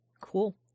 Cool